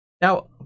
Now